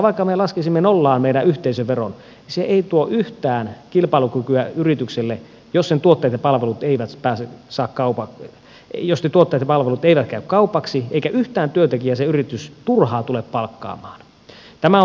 vaikka me laskisimme nollaan meidän yhteisöveron niin se ei tuo yhtään kilpailukykyä yritykselle jos ne tuotteet ja palvelut eivät pääse saa kaupat ujosti tuotepalvelut eivät käy kaupaksi eikä yhtään työntekijää se yritys turhaan tule palkkaamaan